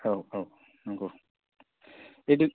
औ औ नंगौ इडु